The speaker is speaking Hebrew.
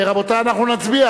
רבותי, אנחנו נצביע.